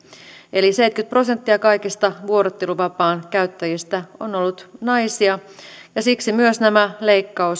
eli seitsemänkymmentä prosenttia kaikista vuorotteluvapaan käyttäjistä on ollut naisia ja siksi myös nämä leikkaussuunnitelmat kohdistuvat